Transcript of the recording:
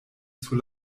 sur